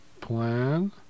Plan